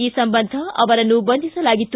ಈ ಸಂಬಂಧ ಅವರನ್ನು ಬಂಧಿಸಲಾಗಿತ್ತು